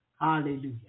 Hallelujah